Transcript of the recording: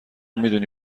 میدونی